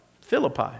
Philippi